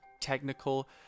technical